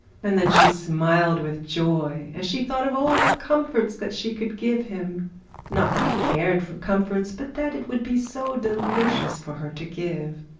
and then she smiled with joy as she thought of all the comforts that she could give him not that he cared for comforts, but that it would be so delicious for her to give.